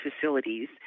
facilities